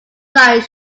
light